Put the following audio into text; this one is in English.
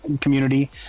community